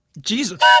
Jesus